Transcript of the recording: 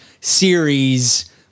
series